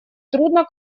трудно